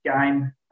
game